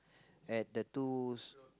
at the two~